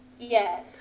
Yes